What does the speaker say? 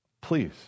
please